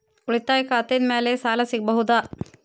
ಉಳಿತಾಯ ಖಾತೆದ ಮ್ಯಾಲೆ ಸಾಲ ಸಿಗಬಹುದಾ?